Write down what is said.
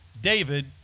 David